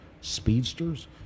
speedsters